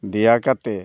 ᱫᱮᱭᱟ ᱠᱟᱛᱮᱫ